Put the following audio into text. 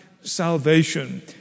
salvation